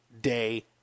day